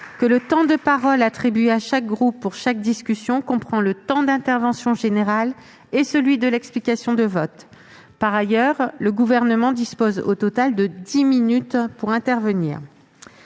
que le temps de parole attribué à chaque groupe pour chaque unité de discussion comprend le temps de l'intervention générale et celui de l'explication de vote. Par ailleurs, le Gouvernement dispose au total de dix minutes pour intervenir.